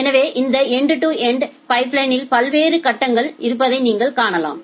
எனவே இந்த end to end பைப்லைனில் பல்வேறு கட்டங்கள் இருப்பதை நீங்கள் காணலாம்